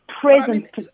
present